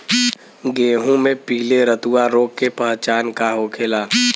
गेहूँ में पिले रतुआ रोग के पहचान का होखेला?